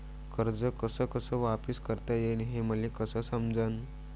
कर्ज कस कस वापिस करता येईन, हे मले कस समजनं?